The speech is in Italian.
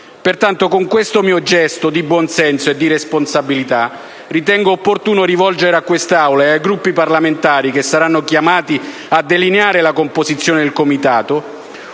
Pertanto, con questo mio gesto di buonsenso e di responsabilità ritengo opportuno rivolgere all'Assemblea del Senato ed ai Gruppi parlamentari che saranno chiamati a delineare la composizione del Comitato